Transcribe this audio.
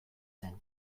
zen